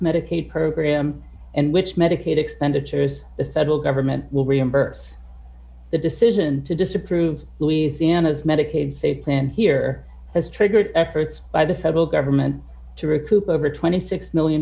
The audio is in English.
medicaid program and which medicaid expenditures the federal government will reimburse the decision to disapprove louisiana's medicaid save planned here has triggered efforts by the federal government to recoup over twenty six million